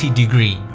degree